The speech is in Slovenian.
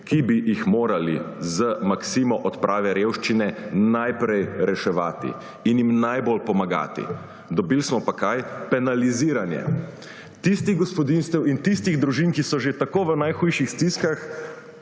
ki bi jih morali z maksimo odprave revščine najprej reševati in jim najbolj pomagati. Dobili smo pa – kaj? Penaliziranje. Tistim gospodinjstvom in tistim družinam, ki so že tako v najhujših stiskah,